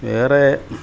വേറെ